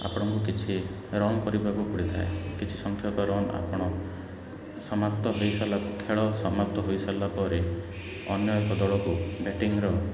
ଆପଣଙ୍କୁ କିଛି ରନ୍ କରିବାକୁ ପଡ଼ିଥାଏ କିଛି ସଂଖ୍ୟକ ରନ୍ ଆପଣ ସମାପ୍ତ ହେଇସାରିଲା ଖେଳ ସମାପ୍ତ ହୋଇସାରିଲା ପରେ ଅନ୍ୟ ଏକ ଦଳକୁ ବ୍ୟାଟିଙ୍ଗର